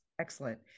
excellent